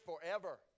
forever